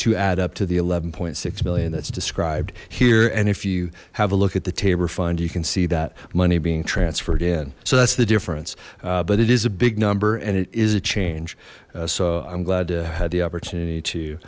two add up to the eleven six million that's described here and if you have a look at the table find you can see that money being transferred in so that's the difference but it is a big number and it is a change so i'm glad to have the opportunity to